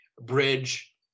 bridge